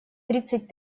тридцать